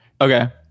Okay